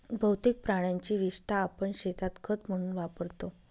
बहुतेक प्राण्यांची विस्टा आपण शेतात खत म्हणून वापरतो